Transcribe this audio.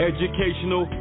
Educational